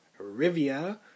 Rivia